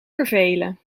vervelen